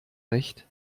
recht